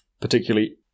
particularly